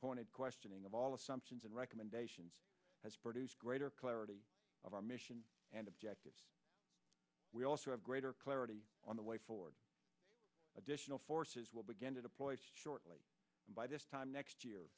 pointed questioning of all assumptions and recommendations has produced greater clarity of our mission and objectives we also have greater clarity on the way forward additional forces will begin to deploy by this time next year